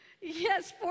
Yes